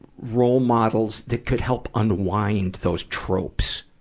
role models that could help unwind those tropes.